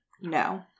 No